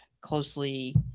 closely